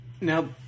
Now